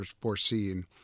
foreseen